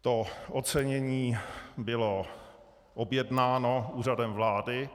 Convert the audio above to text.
To ocenění bylo objednáno Úřadem vlády?